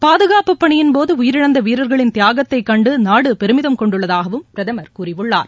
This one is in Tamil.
பாதுகாப்பு பணியின்போது உயிரிழந்த வீரர்களின் தியாகத்தை கண்டு நாடு பெருமிதம் கொண்டுள்ளதாகவும் பிரதமர் கூறியுள்ளார்